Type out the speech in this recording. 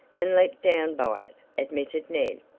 and let down by it, admitted ned,